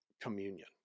communion